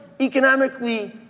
economically